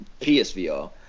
psvr